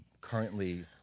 currently